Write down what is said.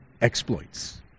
exploits